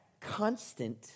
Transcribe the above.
constant